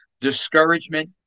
discouragement